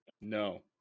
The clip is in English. no